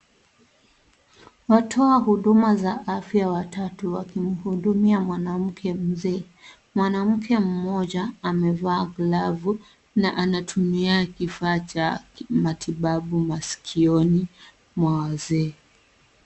Watoa hudumu za afya watatu wakimhudumia mwanamke mzee. Mwanamke mmoja amevaa glavu na anatumia kifaa cha kimatibabu masikioni mwa wazee.